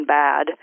bad